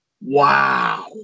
wow